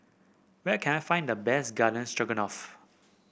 where can I find the best Garden Stroganoff